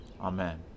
Amen